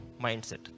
mindset